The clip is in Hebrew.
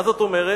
מה זאת אומרת?